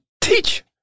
teach